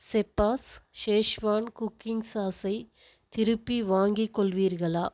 chef's schezwan cooking சாஸை திருப்பி வாங்கிக் கொள்வீர்களா